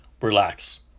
Relax